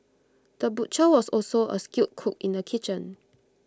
the butcher was also A skilled cook in the kitchen